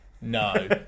no